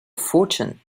fortune